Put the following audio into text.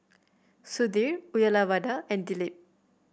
Sudhir Uyyalawada and Dilip